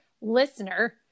listener